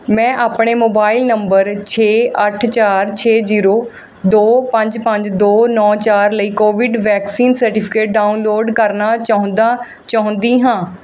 ਮੈਂ ਆਪਣੇ mobile number ਛੇ ਅੱਠ ਚਾਰ ਛੇ ਜੀਰੋ ਦੋੋ ਪੰਜ ਪੰਜ ਦੋ ਨੌੌ ਚਾਰ ਲਈ ਕੋਵਿਡ ਵੈਕਸੀਨ ਸਰਟੀਫਿਕੇਟ ਡਾਊਨਲੋਡ ਕਰਨਾ ਚਾਹੁੰਦਾ ਚਾਹੁੰਦੀ ਹਾਂ